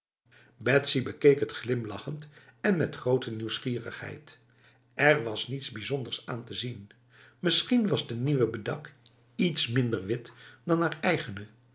betsy bekeek het glimlachend en met grote nieuwsgierigheidl er was niets bijzonders aan te zien misschien was de nieuwe bedak iets minder wit dan haar eigene